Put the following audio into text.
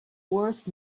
worth